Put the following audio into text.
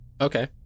Okay